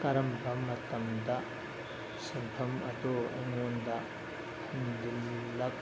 ꯀꯔꯝꯕ ꯃꯇꯝꯗ ꯁꯦꯝꯐꯝ ꯑꯗꯨ ꯑꯩꯉꯣꯟꯗ ꯍꯟꯖꯤꯜꯂꯛ